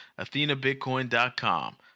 AthenaBitcoin.com